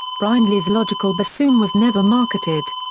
brindley's logical bassoon was never marketed.